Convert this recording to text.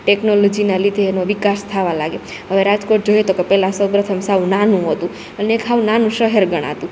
ટેકનોલોજીના લીધે એનો વિકાસ થાવા લાગે હવે રાજકોટ જોઈએ તો કે પેલા સૌપ્રથમ સાવ નાનું હતું અને એક હાવ નાનું સહેર ગણાતું